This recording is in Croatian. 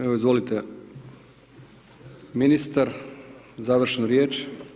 Evo izvolite, ministar završnu riječ.